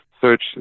search